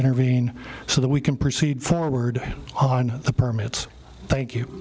intervene so that we can proceed forward on the permits thank you